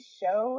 show